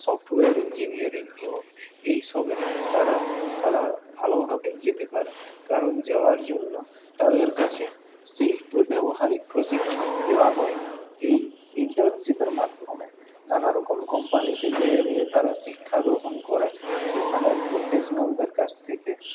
software engineering হোক এইসবে তারা সাধা ভালোভাবেই যেতে পারে কারণ যাওয়ার জন্য তাদের কাছে সেই ব্যবহারিক প্রশিক্ষণ দেওয়া হয় এই ইন্টার্নশিপের মাধ্যমে নানা রকম কোম্পানিতে গিয়ে নিয়ে তারা শিক্ষাগ্রহণ করে সেইখানের প্রফেশনালদের কাছ থেকে